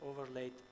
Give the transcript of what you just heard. overlaid